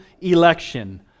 election